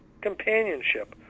companionship